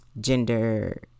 gender